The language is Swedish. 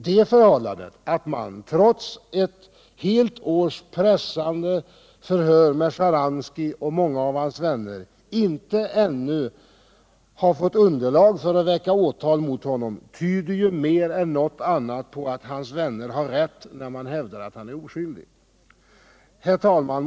Det förhållandet att man trots ett helt års pressande förhör med Sharansky och många av hans vänner ännu inte har fått underlag för att väcka åtal mot honom tyder mer än något annat på att hans vänner har rätt när de hävdar att han är oskyldig. Herr talman!